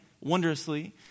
wondrously